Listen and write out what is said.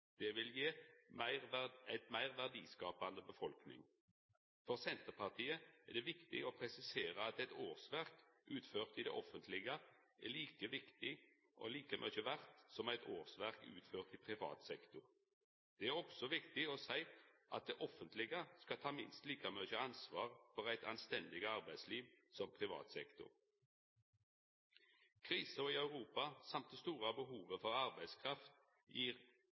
Det vil gi ei meir verdiskapande befolkning. For Senterpartiet er det viktig å presisera at eit årsverk utført i det offentlege er like viktig og like mykje verdt som eit årsverk utført i privat sektor. Det er også viktig å seia at det offentlege skal ta minst like mykje ansvar for eit anstendig arbeidsliv som privat sektor. Krisa i Europa og det store behovet for arbeidskraft gir